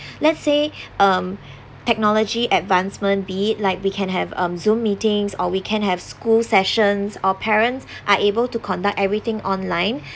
let's say um technology advancement be it like we can have um zoom meetings or we can have school sessions or parents are able to conduct everything online